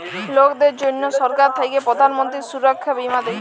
লকদের জনহ সরকার থাক্যে প্রধান মন্ত্রী সুরক্ষা বীমা দেয়